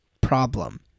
problem